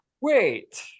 wait